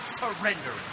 surrender